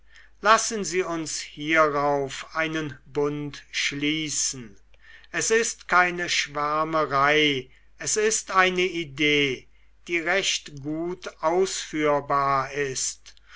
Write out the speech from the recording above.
lassen sie uns hierauf einen bund schließen es ist keine schwärmerei es ist eine idee die recht gut ausführbar ist